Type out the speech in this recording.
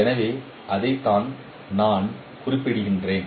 எனவே அதைத்தான் நான் குறிப்பிடுகிறேன்